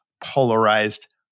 polarized